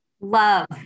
Love